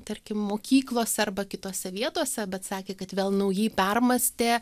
tarkim mokyklose arba kitose vietose bet sakė kad vėl naujai permąstė